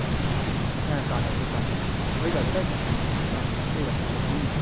আচ্ছা হ্যাঁ কার্ড আছে কার্ড হয়ে যাবে তাই তো আচ্ছা ঠিক আছে দাদা ধন্যবাদ